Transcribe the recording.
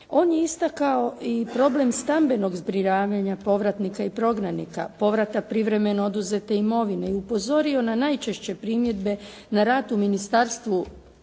On je istakao i problem stambenog zbrinjavanja povratnika i prognanika, povrata privremeno oduzete imovine i upozorio na najčešće primjedbe na rat u ministarstvu,